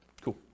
Cool